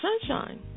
Sunshine